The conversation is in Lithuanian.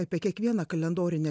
apie kiekvieną kalendorinę